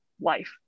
life